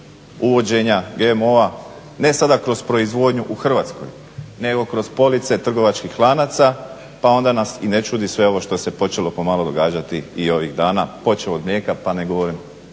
uvođenja GMO-a ne sada kroz proizvodnju u Hrvatskoj, nego kroz police trgovačkih lanaca pa onda nas i ne čudi sve ovo što se počelo pomalo događati i ovih dana počev od mlijeka pa ne govorim